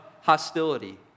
hostility